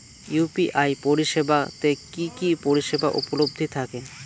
UPI পরিষেবা তে কি কি পরিষেবা উপলব্ধি থাকে?